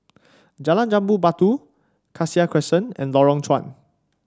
Jalan Jambu Batu Cassia Crescent and Lorong Chuan